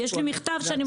יש לי מכתב שאני מחזיקה.